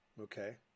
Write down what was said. Okay